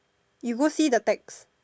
you go see the text